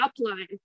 upline